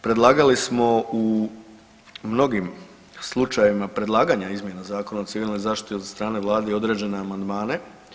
Predlagali smo u mnogim slučajevima predlaganja izmjena Zakona o civilnoj zaštiti od strane Vlade i određene amandmane.